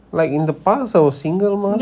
like in the past I was single mah